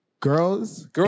Girls